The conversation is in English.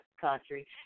country